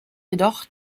jedoch